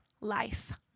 life